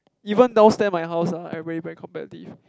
even downstair my house ah everybody very competitive